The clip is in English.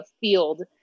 field